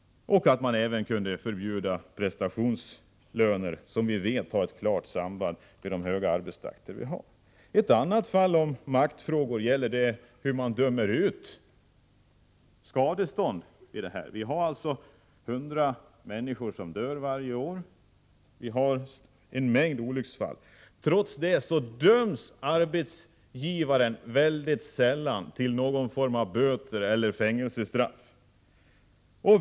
Man borde även förbjuda prestationslöner, som har ett klart samband med de höga arbetstakter vi har. En annan maktfråga gäller hur man dömer ut skadestånd i detta sammanhang. Det är alltså 100 människor som dör varje år, och det förekommer en mängd olycksfall. Trots detta döms arbetsgivaren mycket sällan till böter eller fängelsestraff.